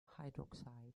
hydroxide